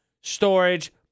Storage